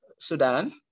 Sudan